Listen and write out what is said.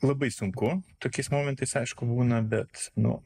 labai sunku tokiais momentais aišku būna bet nu